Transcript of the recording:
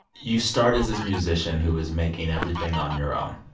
you start as this musician who is making everything on your own.